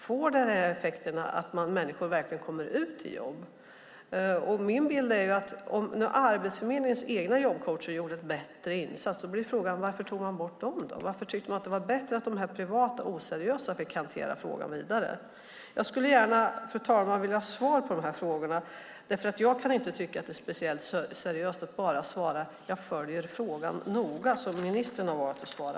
Får det den effekten att människor verkligen kommer ut i jobb? Om Arbetsförmedlingens egna jobbcoacher gjorde en bättre insats blir min fråga: Varför togs de då bort? Varför var det bättre att dessa oseriösa privata coacher fick hantera frågan vidare? Jag skulle gärna, fru talman, vilja ha svar på dessa frågor. Jag kan inte tycka att det är speciellt seriöst att som ministern bara svara: Jag följer frågan noga.